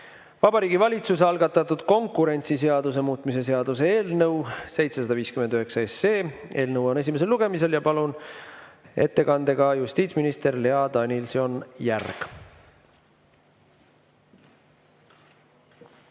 Vabariigi Valitsuse algatatud konkurentsiseaduse muutmise seaduse eelnõu 759. Eelnõu on esimesel lugemisel. Palun, ettekandega justiitsminister Lea Danilson-Järg!